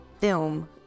film